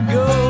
go